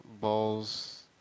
balls